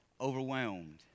overwhelmed